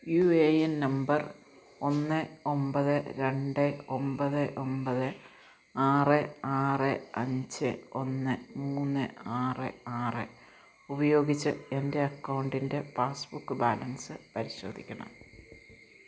U A N number ഒന്ന് ഒമ്പത് രണ്ട് ഒമ്പത് ഒമ്പത് ആറ് ആറ് അഞ്ച് ഒന്ന് മൂന്ന് ആറ് ആറ് ഉപയോഗിച്ച് എൻ്റെ അക്കൗണ്ടിൻ്റെ പാസ്ബുക്ക് ബാലൻസ് പരിശോധിക്കണം